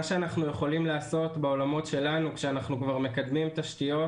מה שאנחנו יכולים לעשות בעולמות שלנו כשאנחנו כבר מקדמים תשתיות